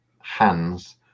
hands